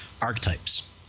archetypes